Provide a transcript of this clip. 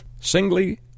singly